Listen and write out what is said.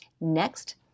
Next